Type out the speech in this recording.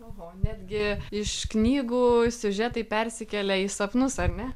oho netgi iš knygų siužetai persikelia į sapnus ar ne